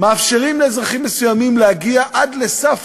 מאפשרות לאזרחים מסוימים להגיע עד לסף